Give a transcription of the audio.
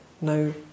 no